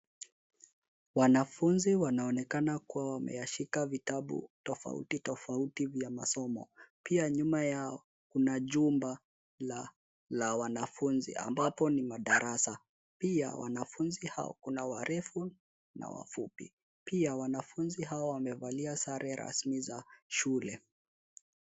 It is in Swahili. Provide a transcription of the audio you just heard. Wanafunzi wanaonekana kuwa wameyashika vitabu tofauti tofauti vya masomo. Pia nyuma yao kuna jumba la, la wanafunzi ambapo ni darasa. Pia wanafunzi hao kuna warefu na wafupi. Pia wanafunzi hao wamevalia sare rasmi za shule.